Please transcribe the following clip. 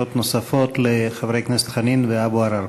שאלות נוספות לחברי הכנסת חנין ואבו ערר.